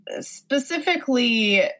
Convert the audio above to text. specifically